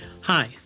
Hi